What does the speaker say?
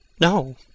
no